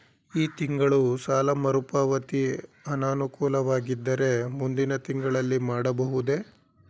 ಈ ತಿಂಗಳು ಸಾಲ ಮರುಪಾವತಿ ಅನಾನುಕೂಲವಾಗಿದ್ದರೆ ಮುಂದಿನ ತಿಂಗಳಲ್ಲಿ ಮಾಡಬಹುದೇ?